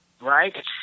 right